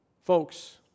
Folks